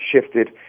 shifted